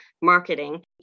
marketing